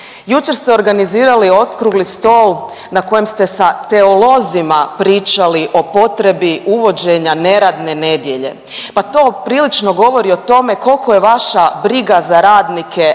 Jučer ste organizirali okrugli stol na kojem ste sa teolozima pričali o potrebi uvođenja neradne nedjelje. Pa to prilično govori o tome koliko je vaša briga za radnike